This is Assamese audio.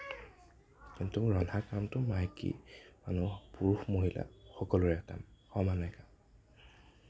কিন্তু মোৰ ৰন্ধা কামটো মাইকী মানুহ পুৰুষ মহিলা সকলোৰে এটা সমানে কাম